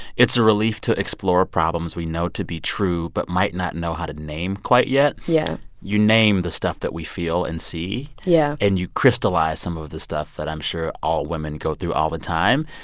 it's a relief to explore problems we know to be true but might not know how to name quite yet yeah you name the stuff that we feel and see yeah and you crystallize some of the stuff that i'm sure all women go through all the time.